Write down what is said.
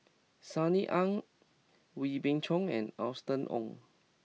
Sunny Ang Wee Beng Chong and Austen Ong